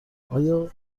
آیا